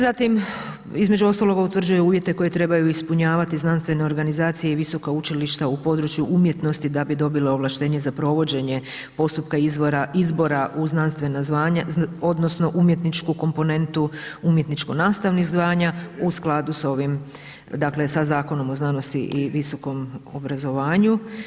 Zatim između ostalog utvrđuje uvjete koje trebaju ispunjavati znanstvene organizacije i visoka učilišta u području umjetnosti da bi dobile ovlaštenje za provođenje postupka izbora u znanstvena zvanja odnosno umjetničku komponentu umjetničko nastavnih zvanja u skladu s ovim dakle sa Zakonom o znanosti i visokom obrazovanju.